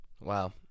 Wow